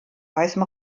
weißem